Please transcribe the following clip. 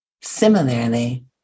Similarly